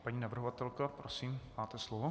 Paní navrhovatelka, prosím, máte slovo.